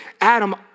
Adam